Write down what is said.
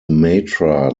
matra